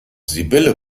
sibylle